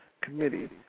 committee